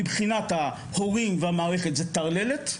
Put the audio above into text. מבחינת ההורים והמערכת זה טרללת.